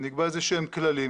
נקבע איזה שהם כללים,